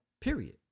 Period